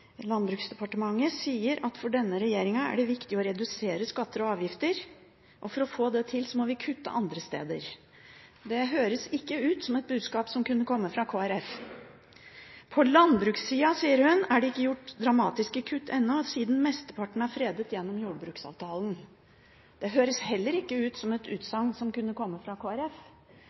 Landbruksdepartementet sier: «For denne regjeringen er det viktig å redusere skatter og avgifter. For å få dette til, må det gjøres kutt andre steder.» Det høres ikke ut som et budskap som kunne komme fra Kristelig Folkeparti. «På landbrukssida», sier hun, «er det ikke gjort store og dramatiske kutt, siden mesteparten er fredet gjennom jordbruksavtalen.» Det høres heller ikke ut som et utsagn som kunne komme fra